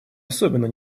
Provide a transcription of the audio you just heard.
особенно